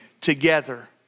together